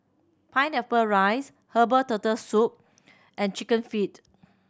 pineapple rice herbal Turtle Soup and Chicken Feet